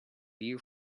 bear